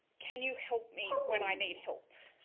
can you help me when i need help?